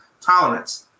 tolerance